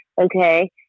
Okay